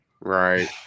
Right